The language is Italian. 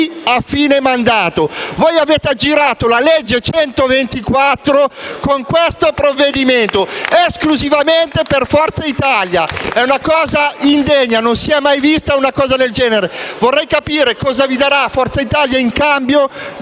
a fine mandato. Voi avete aggirato la legge n. 124 con questo provvedimento esclusivamente per Forza Italia *(Applausi dal Gruppo M5S)*. È una cosa indegna: non si è mai vista una cosa del genere. Vorrei capire cosa vi darà Forza Italia in cambio